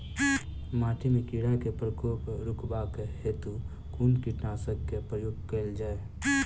माटि मे कीड़ा केँ प्रकोप रुकबाक हेतु कुन कीटनासक केँ प्रयोग कैल जाय?